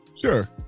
Sure